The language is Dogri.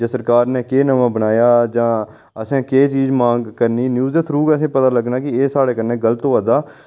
जां सरकार नै केह् नमां बनाया जां असें केह् चीज मांग करनी न्यूज दे थ्रू गै असें ई पता लग्गना कि एह् साढ़े कन्नै गल्त होआ दा